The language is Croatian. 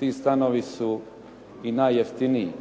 ti stanovi su i najjeftiniji.